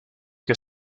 que